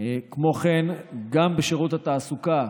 כמו כן, גם בשירות התעסוקה,